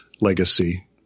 legacy